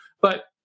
But-